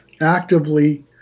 actively